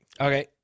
Okay